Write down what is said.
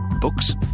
Books